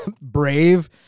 brave